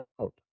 out